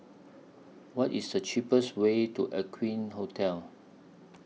What IS The cheapest Way to Aqueen Hotel